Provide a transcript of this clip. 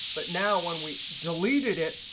but now when we deleted it,